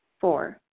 Four